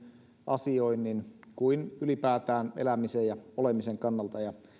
asioinnin kuin ylipäätään elämisen ja olemisen kannalta